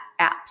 apps